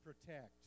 protect